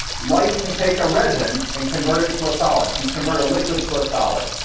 light can take a resin and convert it to a solid, can convert a liquid to a solid.